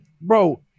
bro